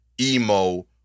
emo